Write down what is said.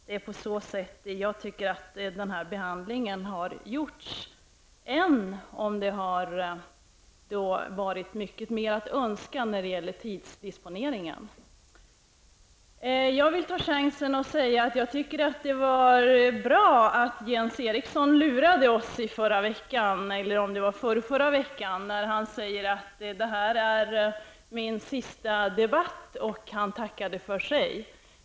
Det är på så sätt denna behandling har gjorts, även om det har funnits mycket att önska när det gäller tidsdisponeringen. Jag vill ta chansen att säga att jag tycker att det var bra att Jens Eriksson lurade oss i förra veckan, eller om det var för två veckor sedan, när han tackade för sig och sade att det var hans sista debatt.